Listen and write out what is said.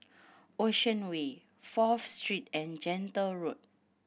Ocean Way Fourth Street and Gentle Road